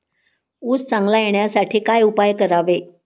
ऊस चांगला येण्यासाठी काय उपाय करावे?